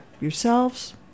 yourselves